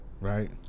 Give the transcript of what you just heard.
Right